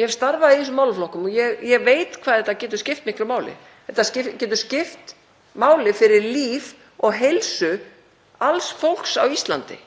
Ég hef starfað í þessum málaflokkum og ég veit hvað þetta getur skipt miklu máli. Þetta getur skipt máli fyrir líf og heilsu alls fólks á Íslandi.